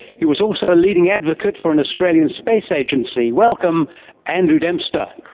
he was also a leading advocate for an australian space agency. welcome andrew dempster.